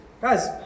Guys